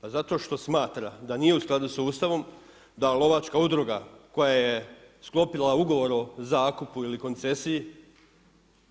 Pa zato što smatra da nije u skladu sa Ustavom da lovačka udruga koja je sklopila Ugovor o zakupu ili koncesiji